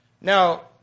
Now